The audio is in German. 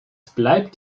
bleibt